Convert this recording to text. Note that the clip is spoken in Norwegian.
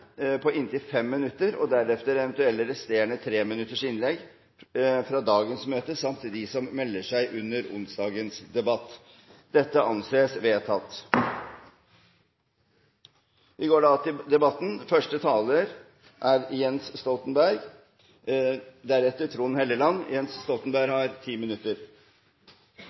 på inntil 15 minutter, med etterfølgende replikkrunde på inntil tolv replikker. Så følger de resterende innleggene på inntil 5 minutter, og deretter eventuelle resterende treminutters innlegg fra dagens møte samt de som melder seg under onsdagens debatt. – Dette anses vedtatt. Stortingsvalget har